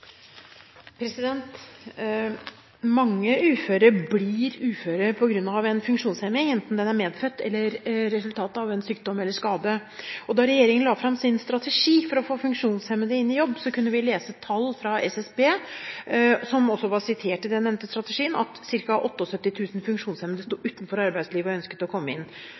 medfødt eller resultatet av en sykdom eller skade. Da regjeringen la fram sin strategi for å få funksjonshemmede inn i jobb, kunne vi lese i tall fra SSB – som også var sitert i den nevnte strategien – at ca. 78 000 funksjonshemmede sto utenfor arbeidslivet og ønsket å komme inn.